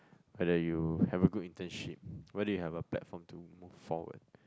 whether you have a good internship whether you have a platform to move forward